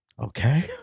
okay